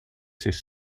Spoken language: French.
ses